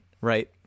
Right